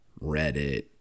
Reddit